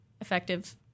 effective